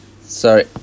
Sorry